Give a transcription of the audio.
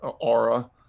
aura